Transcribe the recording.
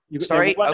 Sorry